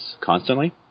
constantly